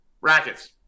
Rackets